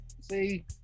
See